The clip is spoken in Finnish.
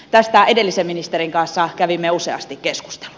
tästä edellisen ministerin kanssa kävimme useasti keskustelua